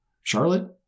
Charlotte